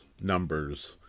numbers